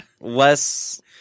less